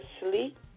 sleep